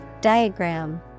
Diagram